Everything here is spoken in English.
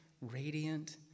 radiant